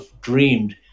dreamed